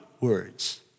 words